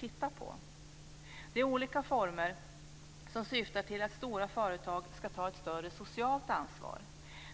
titta närmare på. Det är olika former av lagstiftning som syftar till att stora företag ska ta ett större socialt ansvar.